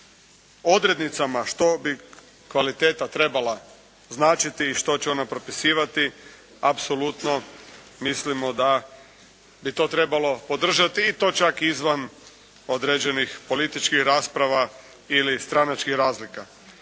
odrednicama što bi kvaliteta trebala značiti i što će ona propisivati, apsolutno mislimo da bi to trebalo podržati i to čak izvan određenih političkih rasprava ili stranačkih razlika.